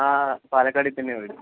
ആ പാലക്കാടിൽ തന്നെയാണ് വീട്